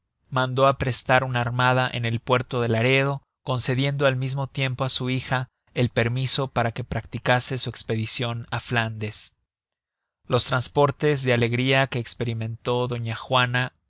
mandó aprestar una armada en el puerto de laredo concediendo al mismo tiempo á su hija el permiso para que practicase su espedicion á flandes los trasportes de alegria que esperimentó doña juana